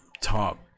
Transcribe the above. top